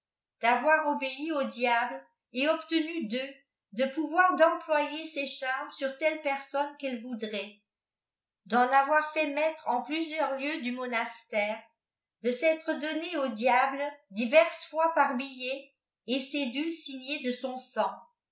d'avoir obéi aux diables et obtenu d'eux te pouvoir d'employer ses cbarmes sur telles personnes qu'elle voudrait d'en avoir fait mettre en plusieurs lieux du monastère de s'être donnée au diable diverses fois par billets et cédules signés de son sang